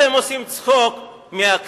אתם עושים צחוק מהכנסת.